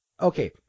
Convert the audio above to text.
okay